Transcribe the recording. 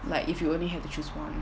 like if you only have to choose one